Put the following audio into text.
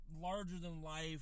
larger-than-life